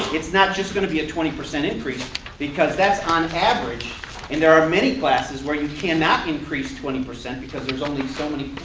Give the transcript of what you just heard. it's not just going to be a twenty percent increase because that's on average and there are many classes where you cannot increase percent because there's only so many